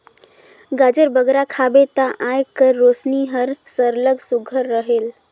गाजर बगरा खाबे ता आँएख कर रोसनी हर सरलग सुग्घर रहेल